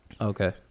Okay